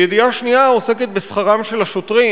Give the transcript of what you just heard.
וידיעה שנייה עוסקת בשכרם של השוטרים.